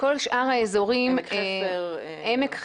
עמק חפר?